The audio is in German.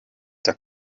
der